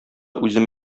үзем